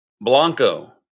Blanco